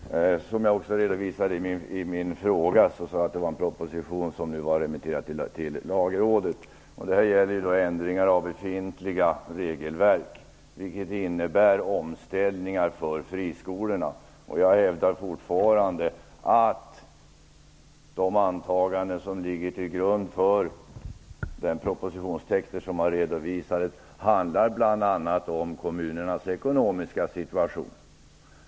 Fru talman! Som jag också redovisade i min fråga, hänvisade jag till en proposition som nu är remitterad till Lagrådet. Den gäller ändringar i befintliga regelverk som innebär omställningar för friskolorna. Jag hävdar fortfarande att de antaganden som ligger till grund för den propositionstext som redovisats bl.a. handlar om kommunernas ekonomiska situation.